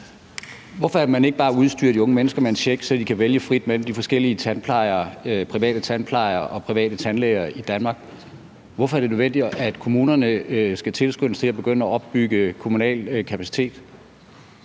Hvorfor er det nødvendigt, at kommunerne skal tilskyndes til at begynde at opbygge kommunal kapacitet?